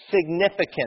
significant